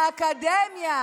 האקדמיה,